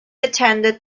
attended